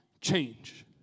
change